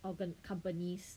open companies